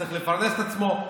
צריך לפרנס את עצמו.